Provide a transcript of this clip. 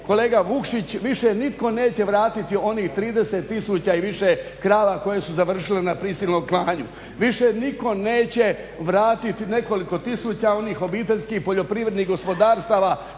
Kolega Vukšić više nitko neće vratiti onih 30 tisuća i više krava koje su završile na prisilnom klanju. Više nitko neće vratiti nekoliko tisuća onih obiteljskih poljoprivrednih gospodarstava